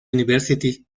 university